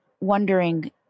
wondering